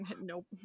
Nope